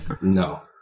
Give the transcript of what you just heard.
no